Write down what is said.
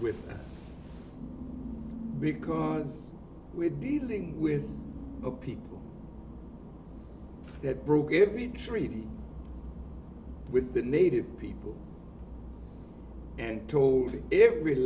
us because we're dealing with a people that broke every treaty with the native people and told every